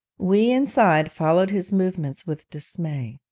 we inside followed his movements with dismay.